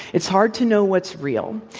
it's hard to know what's real,